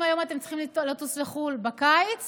אם אתם צריכים לטוס לחו"ל בקיץ